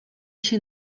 się